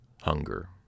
Hunger